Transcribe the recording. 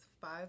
five